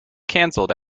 cancelled